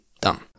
done